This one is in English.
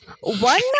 One